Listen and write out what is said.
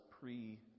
pre